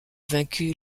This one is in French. vaincu